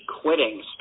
quitting